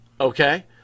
okay